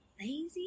lazy